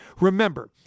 Remember